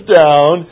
down